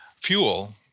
fuel